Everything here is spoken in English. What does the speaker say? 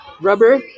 rubber